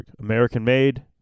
American-made